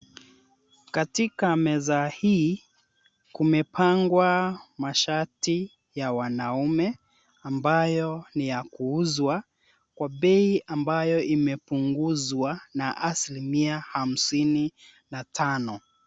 Katika meza hii kumepangwa mashati ya wanaume ambayo ni ya kuuzwa kwa bei ambayo imepunguzwa na asilimia hamsini na tano.